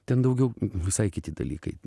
ten daugiau visai kiti dalykai